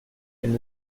elle